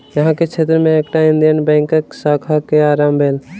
अहाँ के क्षेत्र में एकटा इंडियन बैंकक शाखा के आरम्भ भेल